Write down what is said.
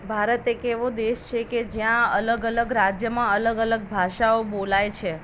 ભારત એક એવો દેશ છે કે જ્યાં અલગ અલગ રાજ્યમાં અલગ અલગ ભાષાઓ બોલાય છે